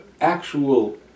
actual